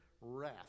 wrath